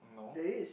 no